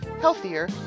healthier